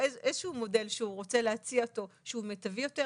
מודל שהוא רוצה להציע אותו ושהוא מיטבי יותר,